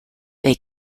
they